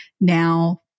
now